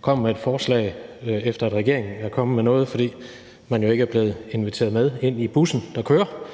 kommer med et forslag, efter at regeringen er kommet med noget, for man er jo ikke blevet inviteret med ind i bussen, der kører.